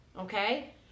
okay